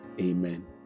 Amen